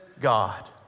God